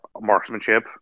marksmanship